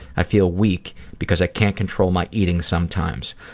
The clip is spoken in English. i feel weak because i can't control my eating sometimes.